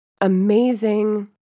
amazing